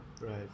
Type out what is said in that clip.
Right